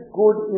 good